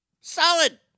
Solid